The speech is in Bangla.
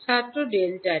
ছাত্র ডেল্টা টি